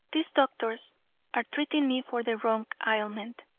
these doctors are treating me for the wrong ailment.